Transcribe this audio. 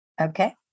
okay